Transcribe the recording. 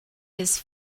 his